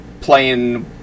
playing